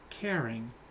caring